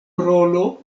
rolo